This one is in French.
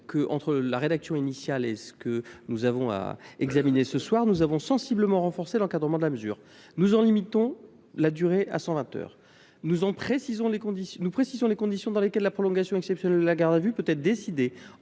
que, entre la rédaction initiale de l’article et le dispositif que nous examinons ce soir, nous avons sensiblement renforcé l’encadrement de la mesure. Ainsi, nous en limitons la durée à cent vingt heures. Nous précisons les conditions dans lesquelles la prolongation exceptionnelle de la garde à vue peut être décidée,